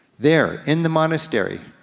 there in the monastery,